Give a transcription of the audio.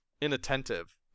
inattentive